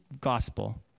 gospel